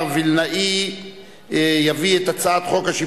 היא מתייחסת גם לשאלות של אחריות,